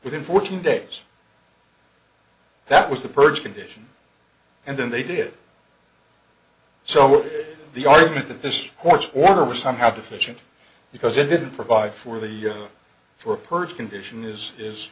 within fourteen days that was the purge condition and then they did so the argument that this court's order was somehow deficient because it didn't provide for the year for a purge condition is is